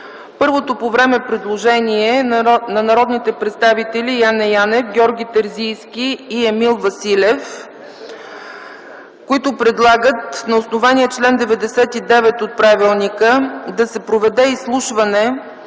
Първото по време предложение е на народните представители Яне Янев, Георги Терзийски и Емил Василев, които предлагат на основание чл. 99 от Правилника да се проведе изслушване